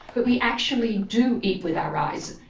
but we actually do eat with our eyes.